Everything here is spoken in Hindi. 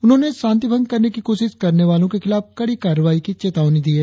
उन्होंने शांतिभंग करने की कोशिश करने वालों के खिलाफ कड़ी कार्रवाई की चेतावनी दी है